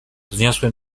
wzniosłem